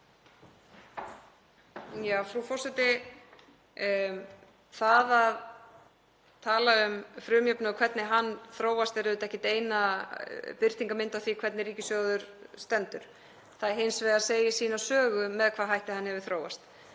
Frú forseti. Það að tala um frumjöfnuð og hvernig hann þróast er auðvitað ekkert eina birtingarmyndin af því hvernig ríkissjóður stendur. Það segir hins vegar sína sögu með hvaða hætti hann hefur þróast.